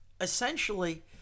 essentially